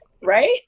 Right